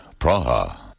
Praha